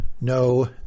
no